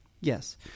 Yes